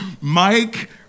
Mike